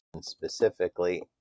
specifically